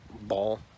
ball